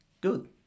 good